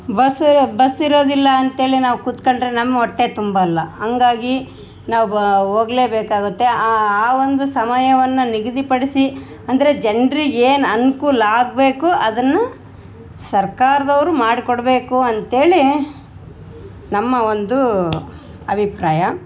ಬಸ bus ಇರೋದಿಲ್ಲ ಅಂತೇಳಿ ನಾವು ಕೂತ್ಕೊಂಡ್ರೆ ನಮ್ಮ ಹೊಟ್ಟೆ ತುಂಬೊಲ್ಲ ಹಂಗಾಗಿ ನಾವು ಹೋಗ್ಲೇ ಬೇಕಾಗುತ್ತೆ ಆ ಒಂದು ಸಮಯವನ್ನು ನಿಗದಿಪಡಿಸಿ ಅಂದರೆ ಜನರಿಗೆ ಏನು ಅನ್ಕೂಲ ಆಗಬೇಕು ಅದನ್ನು ಸರ್ಕಾರ್ದೋರು ಮಾಡಿ ಕೊಡಬೇಕು ಅಂತೇಳಿ ನಮ್ಮ ಒಂದು ಅಭಿಪ್ರಾಯ